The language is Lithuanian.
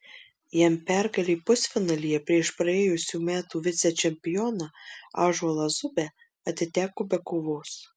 jam pergalė pusfinalyje prieš praėjusių metų vicečempioną ąžuolą zubę atiteko be kovos